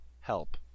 Help